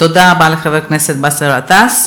תודה רבה לחבר הכנסת באסל גטאס.